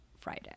Friday